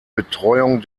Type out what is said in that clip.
betreuung